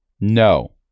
No